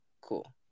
cool